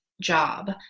job